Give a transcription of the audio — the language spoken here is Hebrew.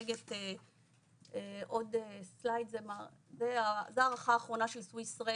בשקף הבא נראה את הערכה האחרונה של Swiss Re,